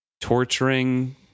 torturing